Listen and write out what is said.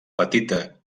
petita